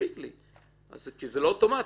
מספיק לי, כי זה לא אוטומטית.